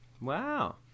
Wow